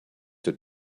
had